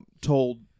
told